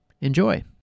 Enjoy